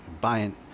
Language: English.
buying